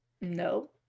No